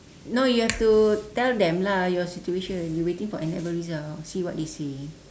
no you have to tell them lah your situation you waiting for N-level results see what they say